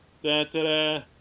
da-da-da